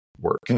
work